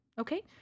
okay